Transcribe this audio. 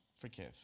forgive